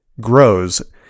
grows